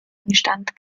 instand